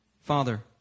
Father